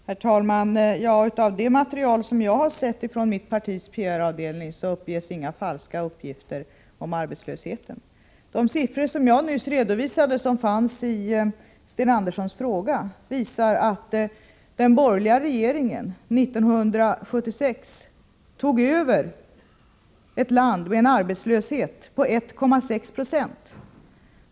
Herr talman! I det material som jag har sett från mitt partis PR-avdelning finns inga falska uppgifter om arbetslösheten. De siffror som jag nyss redovisade — och som fanns med i Sten Anderssons i Malmö fråga — visar att den borgerliga regeringen 1976 tog över ett land med en arbetslöshet på 1,6 20.